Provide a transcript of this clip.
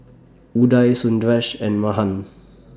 Udai Sundaresh and Mahan